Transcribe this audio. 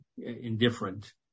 indifferent